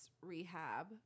rehab